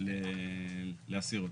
להסיר אותו.